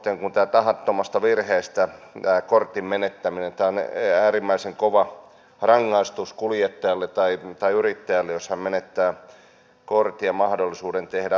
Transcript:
samoiten tämä tahattomasta virheestä kortin menettäminen on äärimmäisen kova rangaistus kuljettajalle tai yrittäjälle jos hän menettää kortin ja mahdollisuuden tehdä ammattia